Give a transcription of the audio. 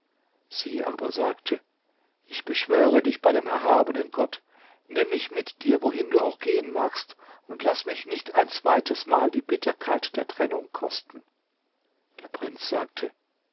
sie aber sagte ich beschwöre dich bei dem erhabenen gott nimm mich mit dir wohin du auch gehen magst und laß mich nicht ein zweites mal die bitterkeit der trennung kosten der prinz sagte